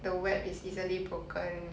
the web is easily broken